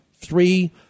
three